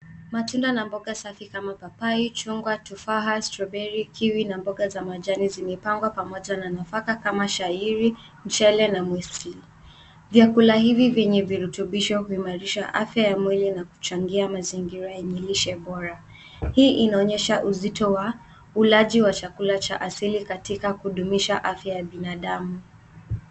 Matunda na mboga safi kama papai, chungwa, tufaa, strawberry , kiwi na mboga za majani zimepangwa pamoja na nafaka kama shairi, mchele na muisli. Vyakula hivi vyenye virutubisho huimarisha afya ya mwili na kuchangia mazingira yenye lishe bora. Hii inaonyesha uzito wa ulaji wa chakula cha asili katika kudumisha afya ya binadamu.